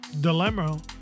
dilemma